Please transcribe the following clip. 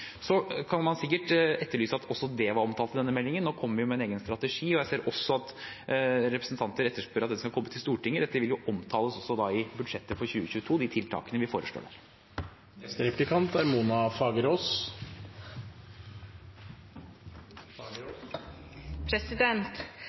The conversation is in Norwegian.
Så kan man sikkert etterlyse at det var omtalt i denne meldingen. Nå kommer vi med en egen strategi, og jeg ser at representanter etterspør at den skal komme til Stortinget. De tiltakene vi foreslår der, vil også omtales i budsjettet for 2022.